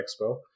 expo